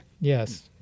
Yes